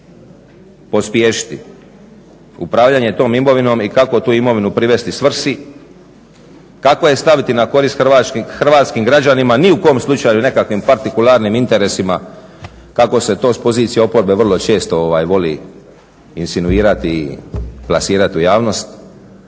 pospješiti upravljanje tom imovinom i kako tu imovinu privesti svrsi, kako je staviti na korist hrvatskim građanima. Ni u kom slučaju nekakvim partikularnim interesima kako se to s pozicije oporbe vrlo često voli insinuirati i plasirat u javnost.